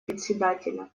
председателя